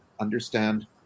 understand